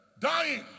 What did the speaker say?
dying